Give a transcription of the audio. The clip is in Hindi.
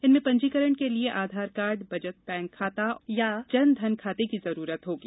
इनमें पंजीकरण के लिए आधार कार्ड बचत बैंक खाता या जन धन खाते की जरूरत होगी